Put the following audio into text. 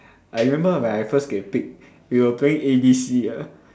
I remember when I first get picked we were playing A B C ah